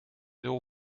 nul